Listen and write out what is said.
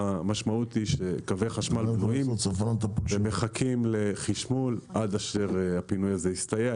והמשמעות היא שקווי חשמל מחכים לחשמול עד שהפינוי הזה יסתייע.